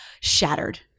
shattered